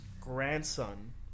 grandson